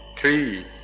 three